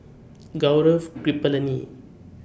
Gaurav Kripalani